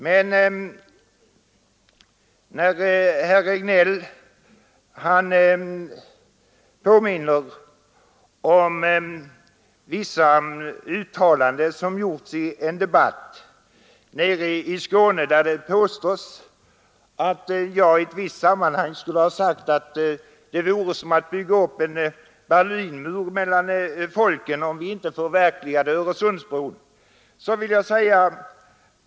Herr Regnéll påminde om vad som skrivits i pressen om vissa uttalanden i en debatt nere i Skåne; det har påståtts att jag i ett visst sammanhang skulle ha sagt att det vore som att bygga upp en Berlinmur mellan folken, om vi inte förverkligade Öresundsbron.